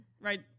right